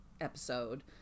episode